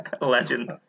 legend